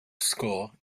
score